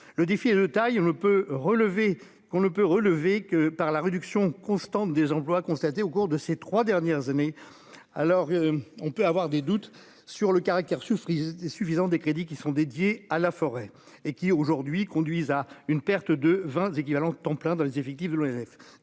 ne peut relever qu'on ne peut relever que par la réduction constante des employes constaté au cours de ces 3 dernières années, alors on peut avoir des doutes sur le caractère surprise suffisant des crédits qui sont dédiés à la forêt et qui, aujourd'hui, conduisent à une perte de 20 équivalents temps plein dans les effectifs de l'ONF